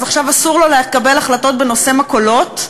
אז עכשיו אסור לו לקבל החלטות בנושא מכולות.